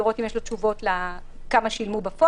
לדעת אם יש לו תשובות לשאלה כמה שילמו בפועל.